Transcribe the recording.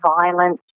violence